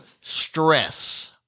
stress